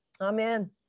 Amen